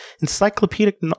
encyclopedic